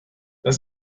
das